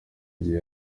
igihe